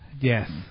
Yes